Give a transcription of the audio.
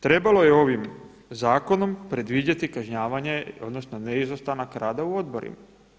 Trebalo je ovim zakonom predvidjeti kažnjavanje odnosno ne izostanak rada u odborima.